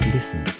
Listen